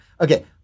okay